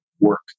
work